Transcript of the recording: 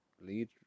lead